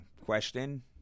question